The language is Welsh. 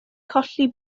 colli